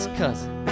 cousin